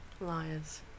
liars